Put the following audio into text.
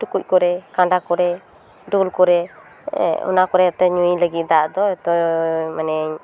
ᱴᱩᱠᱩᱡ ᱠᱚᱨᱮ ᱠᱟᱸᱰᱟ ᱠᱚᱨᱮ ᱰᱳᱞ ᱠᱚᱨᱮ ᱦᱮᱸ ᱚᱱᱟ ᱮᱱᱛᱮ ᱧᱩᱭ ᱞᱟᱹᱜᱤᱫ ᱫᱟᱜ ᱫᱚ ᱮᱛᱚ ᱢᱟᱱᱮᱧ